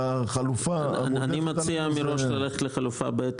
אני מציע מראש ללכת לחלופה ב',